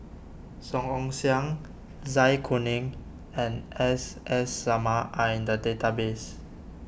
Song Ong Siang Zai Kuning and S S Sarma are in the database